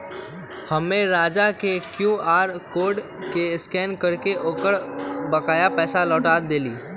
हम्मे राजा के क्यू आर कोड के स्कैन करके ओकर बकाया पैसा लौटा देली